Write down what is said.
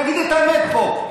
תגידו את האמת פה.